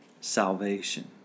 salvation